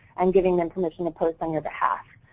and giving them permission to post on your behalf.